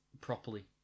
properly